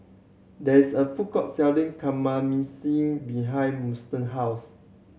there is a food court selling Kamameshi behind Huston house